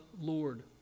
Lord